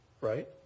right